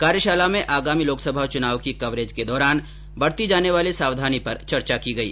कार्यशाला में आगामी लोकसभा चुनाव की कवरेज के दौरान बरती जाने वाली सावधानी पर चर्चा की गई